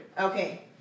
Okay